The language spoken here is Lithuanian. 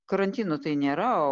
karantino tai nėra o